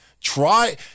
try